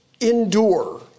endure